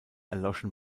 erloschen